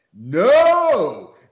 No